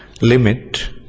limit